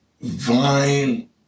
Vine